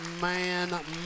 man